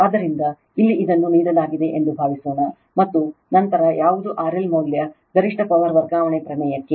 ಆದ್ದರಿಂದ ಇಲ್ಲಿ ಇದನ್ನು ನೀಡಲಾಗಿದೆ ಎಂದು ಭಾವಿಸೋಣ ಮತ್ತು ನಂತರ ಯಾವುದು RL ಮೌಲ್ಯ ಗರಿಷ್ಠ ಪವರ್ ವರ್ಗಾವಣೆ ಪ್ರಮೇಯಕ್ಕೆ